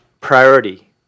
priority